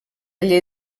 llei